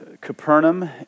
Capernaum